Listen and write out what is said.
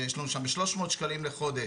יש לנו שם 300 שקלים בחודש,